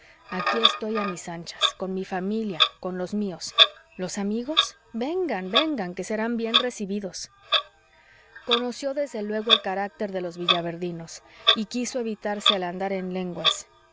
y retraído aquí estoy a mis anchas con mi familia con los míos los amigos vengan vengan que serán bien recibidos conoció desde luego el carácter de los villaverdinos y quiso evitarse el andar en lenguas